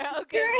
Okay